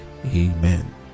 Amen